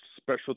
special